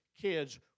kids